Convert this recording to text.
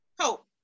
Hope